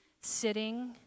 sitting